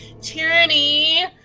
Tyranny